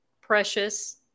precious